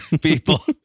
people